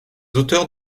auteurs